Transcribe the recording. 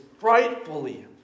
frightfully